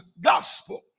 gospel